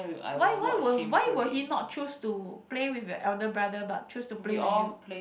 why why were why were he not choose to play with your elder brother but choose to play with you